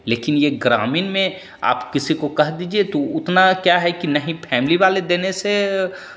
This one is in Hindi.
लेकिन ये ग्रामीण में आप किसी को कह दीजिए तो उतना क्या है कि ना ही फैमिली वाले देने से